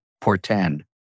portend